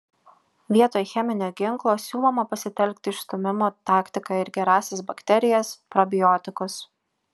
vietoj cheminio ginklo siūloma pasitelkti išstūmimo taktiką ir gerąsias bakterijas probiotikus